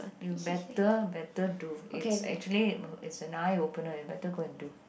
you better better do it's actually is an eye opener you better go and do